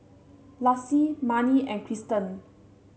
Lassie Marnie and Cristen